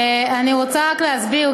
אני רוצה רק להסביר,